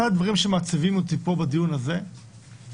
אחד הדברים שמעציבים אותי בדיון הזה זה